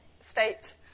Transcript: state